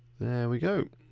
we go.